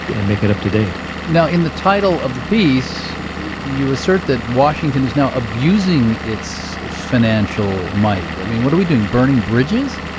and make it up to date now in the title of the piece you assert that washington is now abusing its financial might. i mean, what are we doing burning bridges?